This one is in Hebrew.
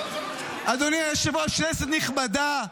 זה לא לשיקול דעתו.